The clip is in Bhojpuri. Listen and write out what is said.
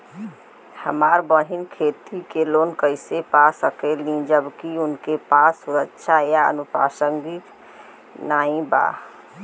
हमार बहिन खेती के लोन कईसे पा सकेली जबकि उनके पास सुरक्षा या अनुपरसांगिक नाई बा?